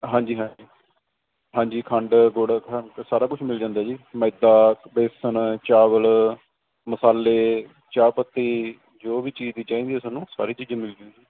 ਹਾਂਜੀ ਹਾਂਜੀ ਹਾਂਜੀ ਖੰਡ ਗੁੜ ਸਾਰਾ ਕੁਛ ਮਿਲ ਜਾਂਦਾ ਜੀ ਮੈਦਾ ਬੇਸਣ ਚਾਵਲ ਮਸਾਲੇ ਚਾਹ ਪੱਤੀ ਜੋ ਵੀ ਚੀਜ਼ ਦੀ ਚਾਹੀਦੀ ਆ ਥੋਨੂੰ ਸਾਰੀ ਚੀਜ਼ ਮਿਲਜੂ ਜੀ